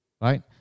Right